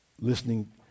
listening